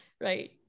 Right